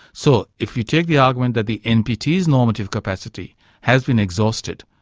so if you take the argument that the npt's normative capacity has been exhausted,